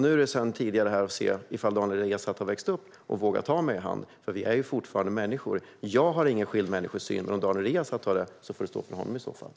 Nu får vi se om Daniel Riazat har vuxit upp och vågar ta mig i hand, för vi är ju fortfarande människor. Jag har inte en människosyn som gör skillnad på människor. Om Daniel Riazat har det får det stå för honom.